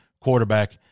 quarterback